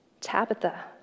Tabitha